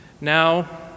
Now